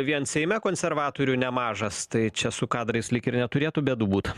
vien seime konservatorių nemažas tai čia su kadrais lyg ir neturėtų bėdų būt